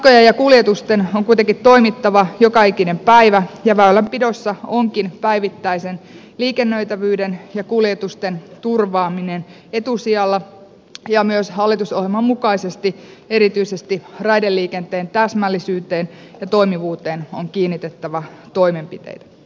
matkojen ja kuljetusten on kuitenkin toimittava joka ikinen päivä ja väylänpidossa onkin päivittäisen liikennöitävyyden ja kuljetusten turvaaminen etusijalla ja myös hallitusohjelman mukaisesti erityisesti raideliikenteen täsmällisyyteen ja toimivuuteen on kiinnitettävä toimenpi teitä